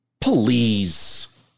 Please